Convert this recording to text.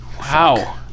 Wow